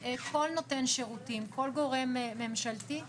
כל נותן שירותים, כל גורם ממשלתי,